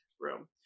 room